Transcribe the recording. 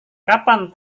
kapan